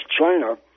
China